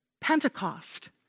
Pentecost